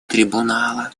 трибунала